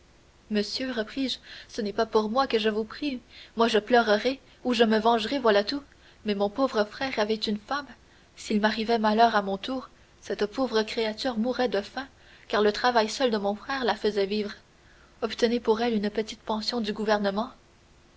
monsieur repris-je ce n'est pas pour moi que je vous prie moi je pleurerai ou je me vengerai voilà tout mais mon pauvre frère avait une femme s'il m'arrivait malheur à mon tour cette pauvre créature mourrait de faim car le travail seul de mon frère la faisait vivre obtenez pour elle une petite pension du gouvernement